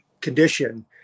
condition